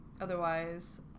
Otherwise